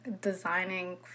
designing